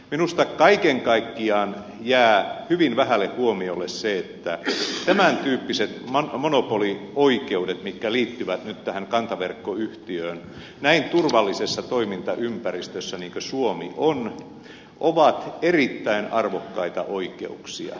minusta kaiken kaikkiaan jää hyvin vähälle huomiolle se että tämän tyyppiset monopolioikeudet mitkä liittyvät tähän kantaverkkoyhtiöön näin turvallisessa toimintaympäristössä kuin suomi on ovat erittäin arvokkaita oikeuksia